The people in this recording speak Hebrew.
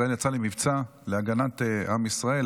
ישראל יצאה למבצע להגנת עם ישראל.